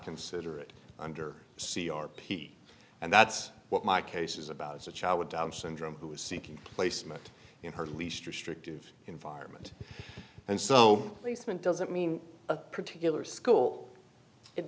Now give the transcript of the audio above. consider it under c r p and that's what my case is about is a child with down's syndrome who is seeking placement in her least restrictive environment and so placement doesn't mean a particular school it